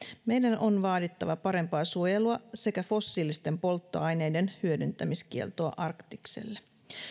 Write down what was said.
meidän on vaadittava parempaa suojelua sekä fossiilisten polttoaineiden hyödyntämiskieltoa arktikselle